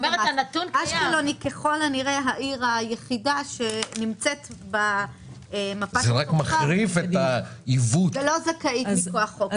אשקלון היא ככל הנראה העיר היחידה שנמצאת במפה ולא זכאית מכוח חוק.